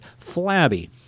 flabby